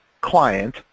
client